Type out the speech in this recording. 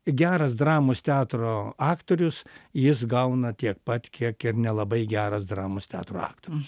geras dramos teatro aktorius jis gauna tiek pat kiek ir nelabai geras dramos teatro aktorius